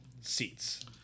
seats